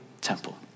temple